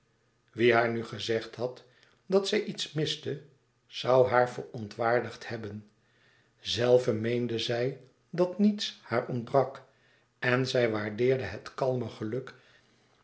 wie haar nu gezegd had dat zij iets miste zoû haar verontwaardigd hebben zelve meende zij dat niets haar ontbrak en zij waardeerde het kalme geluk